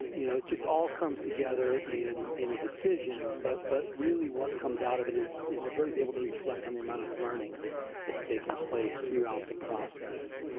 you know it just all comes together in in a decision, but but really what comes out of it is is everybody's able to reflect on the amount of learning that's taken place throughout the process.